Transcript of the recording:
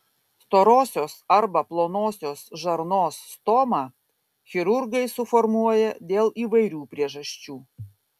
storosios arba plonosios žarnos stomą chirurgai suformuoja dėl įvairių priežasčių